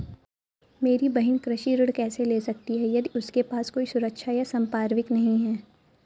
मेरी बहिन कृषि ऋण कैसे ले सकती है यदि उसके पास कोई सुरक्षा या संपार्श्विक नहीं है?